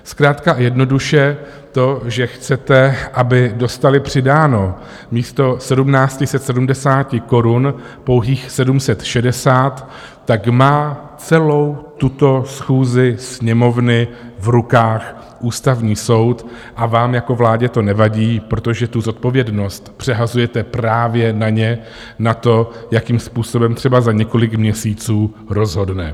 Zkrátka a jednoduše to, že chcete, aby dostali přidáno místo 1 770 korun pouhých 760, tak má celou tuto schůzi Sněmovny v rukách Ústavní soud a vám jako vládě to nevadí, protože tu zodpovědnost přehazujete právě na ně, na to, jakým způsobem třeba za několik měsíců rozhodne.